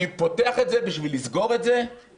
אני פותח את זה בשביל לסגור את זה כדי